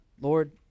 Lord